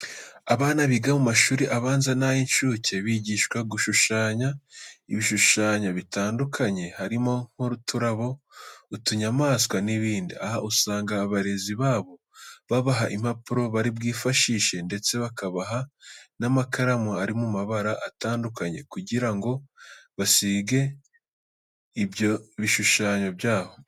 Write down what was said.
Abana biga mu mashuri abanza n'ay'inshuke bigishwa gushushanya ibishushanyo bitandukanye harimo nk'uturabo, utunyamaswa n'ibindi. Aha usanga abarezi babo babaha impapuro bari bwifashishe ndetse bakabaha n'amakaramu ari mu mabara atandukanye kugira ngo basige muri ibyo bishushanyo byabo.